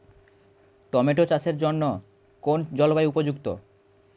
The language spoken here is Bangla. টোমাটো চাষের জন্য কোন জলবায়ু উপযুক্ত?